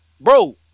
bro